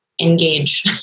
engage